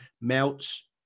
melts